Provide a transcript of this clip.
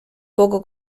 poco